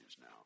now